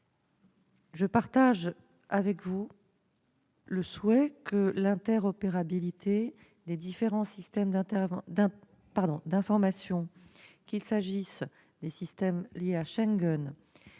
Comme vous, je souhaite que l'interopérabilité entre les différents systèmes d'information, qu'il s'agisse des systèmes liés à Schengen,